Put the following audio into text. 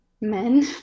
Men